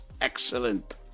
Excellent